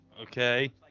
Okay